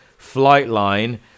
Flightline